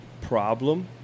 problem